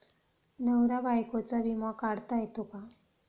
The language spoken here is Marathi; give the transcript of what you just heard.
नवरा बायकोचा विमा काढता येतो का?